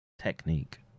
technique